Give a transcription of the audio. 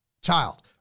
child